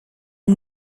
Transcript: are